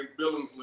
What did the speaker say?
Billingsley